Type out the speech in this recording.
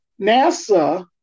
NASA